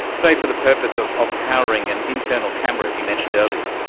say for the purpose of of powering an internal camera, as you mentioned earlier?